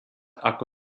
ako